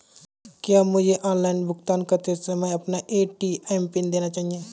क्या मुझे ऑनलाइन भुगतान करते समय अपना ए.टी.एम पिन देना चाहिए?